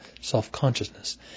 self-consciousness